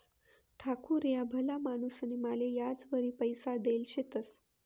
ठाकूर ह्या भला माणूसनी माले याजवरी पैसा देल शेतंस